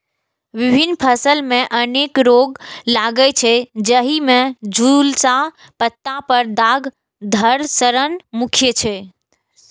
विभिन्न फसल मे अनेक रोग लागै छै, जाहि मे झुलसा, पत्ता पर दाग, धड़ सड़न मुख्य छै